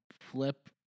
flip